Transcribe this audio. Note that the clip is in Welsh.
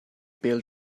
bêl